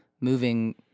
moving